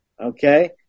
Okay